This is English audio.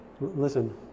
listen